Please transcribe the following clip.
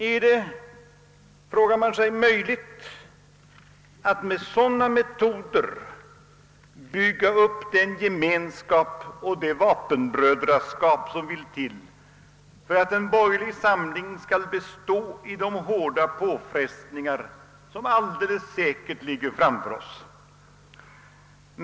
Är det, frågar man sig, möjligt att med sådana metoder bygga upp den gemenskap och det vapenbrödraskap som vill till för att en borgerlig samling skall bestå vid de hårda påfrestningar som alldeles säkert ligger framför oss?